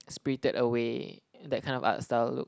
spirited away that kind of art style look